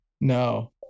No